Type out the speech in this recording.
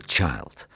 Child